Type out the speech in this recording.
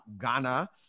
Ghana